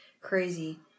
Crazy